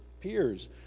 peers